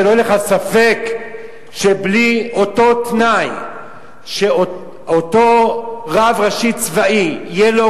שלא יהיה לך ספק שבלי אותו תנאי שאותו רב ראשי צבאי ראשי תהיה לו